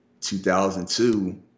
2002